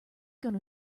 gonna